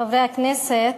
חברי הכנסת,